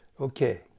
Okay